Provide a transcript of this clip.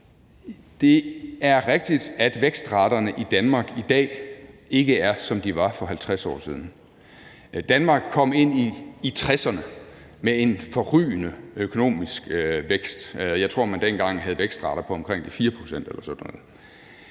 Det er rigtigt, at vækstraterne i Danmark i dag ikke er, som de var for 50 år siden. Danmark kom ind i 1960'erne med en forrygende økonomisk vækst; jeg tror, man dengang havde vækstrater på omkring 4 pct. eller sådan noget.